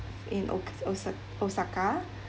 in ok~ osa~ osaka